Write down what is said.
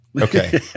Okay